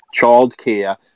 childcare –